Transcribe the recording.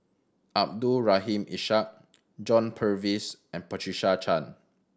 Abdul Rahim Ishak John Purvis and Patricia Chan